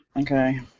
Okay